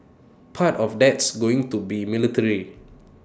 part of that's going to be military